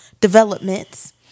developments